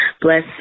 bless